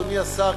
אדוני השר,